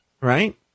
right